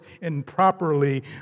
improperly